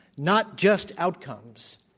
not just outcomes,